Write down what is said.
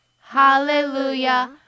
hallelujah